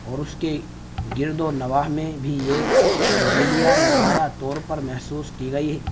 اور اس کے گرد و نواح میں بھی یہ تبدیلیاں نمایاں طور پر محسوس کی گئی